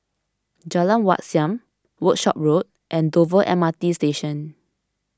Jalan Wat Siam Workshop Road and Dover M R T Station